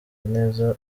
neza